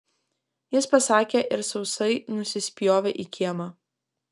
jis pasakė ir sausai nusispjovė į kiemą